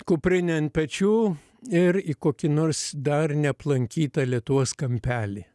kuprinė ant pečių ir į kokį nors dar neaplankytą lietuvos kampelį